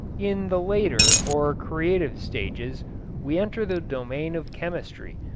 in the later or creative stages we enter the domain of chemistry,